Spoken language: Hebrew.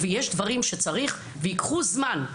ויש דברים שצריך וייקחו זמן,